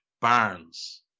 Barnes